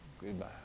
Goodbye